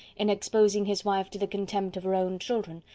in exposing his wife to the contempt of her own children,